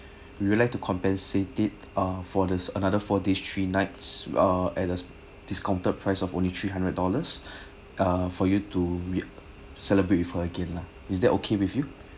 we would like to compensate it ah for this another four days three nights ah at a discounted price of only three hundred dollars ah for you to re~ celebrate with her again lah is that okay with you